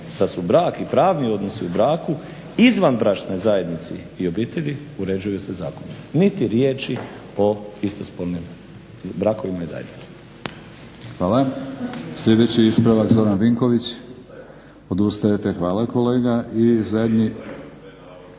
da su brak i pravni odnosi u braku, izvanbračnoj zajednici i obitelji uređuju se zakonom. Niti riječi o istospolnim brakovima i zajednicama. **Batinić, Milorad (HNS)** Hvala. Sljedeći ispravak Zoran Vinković. Odustajete, hvala kolega. … /Upadica